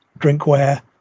drinkware